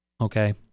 Okay